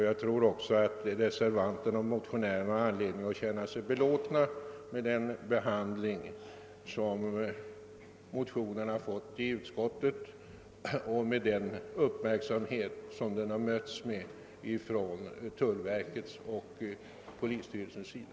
Jag tror också att reservanterna och motionärerna har anledning att känna sig belåtna med den behandling som motionerna fått i utskottet och den uppmärksamhet som de har mötts med från tullverkets och rikspolisstyrelsens sida.